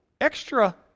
extra